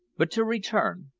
but to return,